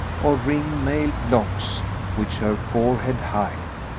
or ring-mail'd locks which her forehead hide.